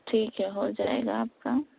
ٹھیک ہے ہو جائے گا آپ کا